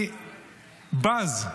אני בז,